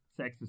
sexist